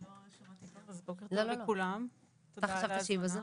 בוקר טוב לכולם ותודה על ההזמנה.